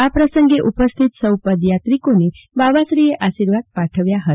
આ પ્રસંગે ઉપસ્થિત સૌ પદયાત્રિકોને બાવાશ્રીએ આ આશીર્વાદ પાઠવ્યા હતા